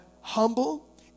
humble